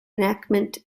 enactment